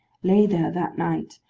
lay there that night,